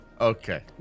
okay